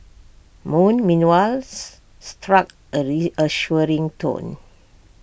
moon meanwhiles struck A reassuring tone